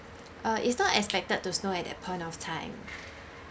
uh it's not expected to snow at that point of time